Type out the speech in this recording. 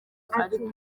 ariko